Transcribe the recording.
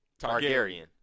Targaryen